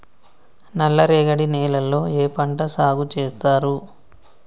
నల్లరేగడి నేలల్లో ఏ పంట సాగు చేస్తారు?